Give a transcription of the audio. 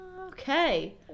okay